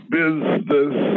business